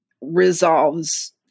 resolves